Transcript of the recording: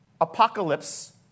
Apocalypse